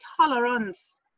tolerance